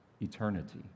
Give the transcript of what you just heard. eternity